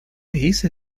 dice